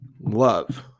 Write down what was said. love